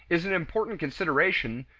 is an important consideration,